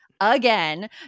again